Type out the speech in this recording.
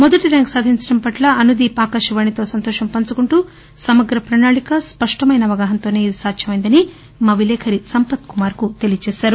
మొదటి ర్యాంకు సాధించడం పట్ల అనుదీప్ ఆకాశవాణితో సంతోషం పంచుకొంటూ సమగ్ర ప్రణాళిక స్పష్టమైన అవగాహనతోసే ఇది సాధ్యమైందని మా విలేకరి సంపత్ కుమార్ కు తెలియజేశారు